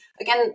again